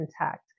intact